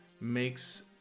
makes